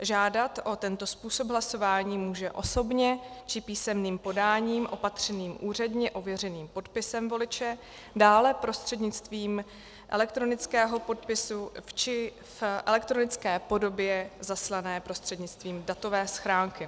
Žádat o tento způsob hlasování může osobně či písemným podáním opatřeným úředně ověřeným podpisem voliče, dále prostřednictvím elektronického podpisu či v elektronické podobě zaslané prostřednictvím datové schránky.